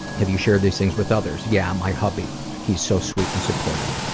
have you shared these things with others? yeah, my hubby. he's so sweet and supportive.